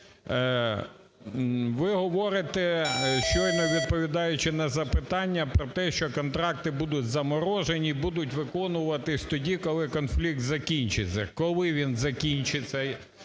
Ви говорите, щойно відповідаючи на запитання, про те, що контракти будуть заморожені і будуть виконуватись тоді, коли конфлікт закінчиться. Коли він закінчиться?